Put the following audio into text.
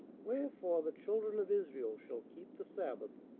wherefore the children of israel shall keep the sabbath,